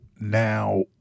now